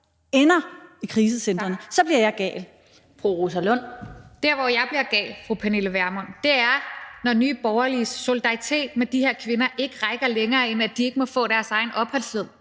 Der, hvor jeg bliver gal, vil jeg sige til fru Pernille Vermund, er, når Nye Borgerliges solidaritet med de her kvinder ikke rækker længere, end at de ikke må få deres egen opholdstilladelse,